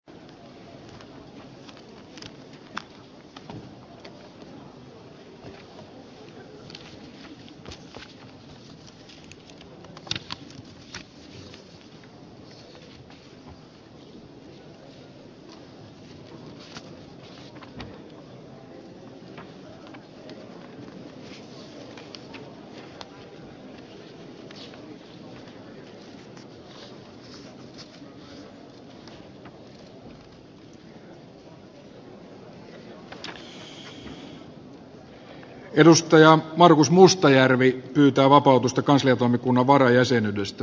markus mustajärvi pyytää vapautusta kansliatoimikunnan varajäsenyydestä